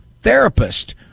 therapist